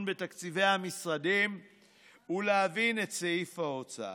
בתקציבי המשרדים ולהבין את סעיף ההוצאה,